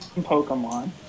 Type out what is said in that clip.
Pokemon